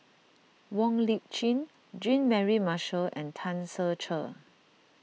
Wong Lip Chin Jean Mary Marshall and Tan Ser Cher